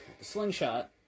Slingshot